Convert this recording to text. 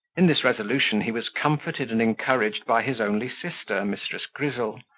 in this resolution he was comforted and encouraged by his only sister, mrs. grizzle,